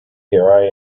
here